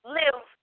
live